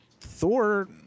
thor